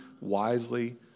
wisely